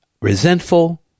resentful